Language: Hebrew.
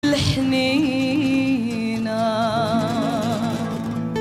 לחנינה